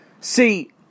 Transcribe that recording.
See